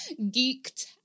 geeked